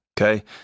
Okay